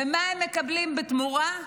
ומה הם מקבלים בתמורה?